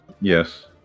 Yes